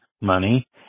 money